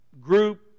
group